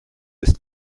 ist